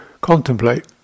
contemplate